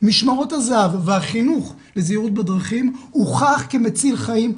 משמרות הזה"ב והחינוך לזהירות בדרכים הוכח כמציל חיים,